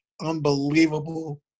unbelievable